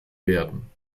werden